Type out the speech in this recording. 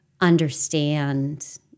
understand